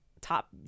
top